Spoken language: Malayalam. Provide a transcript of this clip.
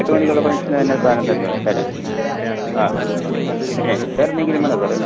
എട്ട് മണിക്കുള്ള ഫങ്ഷന് തന്നെ സാധനം തന്നുവിടാം തരാം ആ പിന്നെ വേറെയെന്തെങ്കിലും വേണോ സാറെ